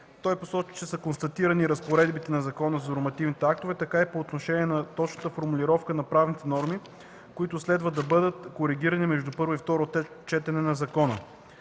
по отношение на неспазване на разпоредбите на Закона за нормативните актове, така и по отношение на точната формулировка на правните норми, които следва да бъдат коригирани между първо и второ четене на закона.